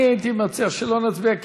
אני הייתי מציע שלא נצביע,